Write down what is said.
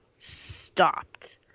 stopped